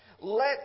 Let